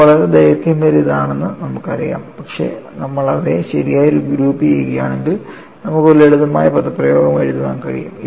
ഇത് വളരെ ദൈർഘ്യമേറിയതാണെന്ന് നമുക്കറിയാം പക്ഷേ നമ്മൾ അവയെ ശരിയായി ഗ്രൂപ്പുചെയ്യുകയാണെങ്കിൽ നമുക്ക് ഒരു ലളിതമായ പദപ്രയോഗം എഴുതാൻ കഴിയും